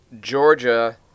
Georgia